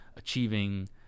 achieving